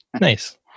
Nice